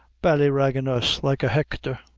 ballyraggin' us like a hecthor.